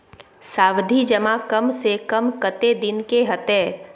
सावधि जमा कम से कम कत्ते दिन के हते?